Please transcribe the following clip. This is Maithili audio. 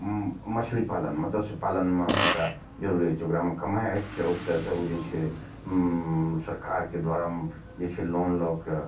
मछली पालन मतस्य पालनमे हुनका जरूरी अछि ओकरामे कमाइ अछि ओतय सऽ ओ जे छै सरकारके द्वारा जे छै लोन लऽ कए